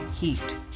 heat